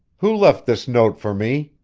who left this note for me?